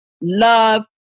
love